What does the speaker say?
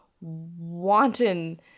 wanton